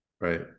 Right